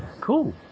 cool